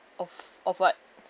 of of what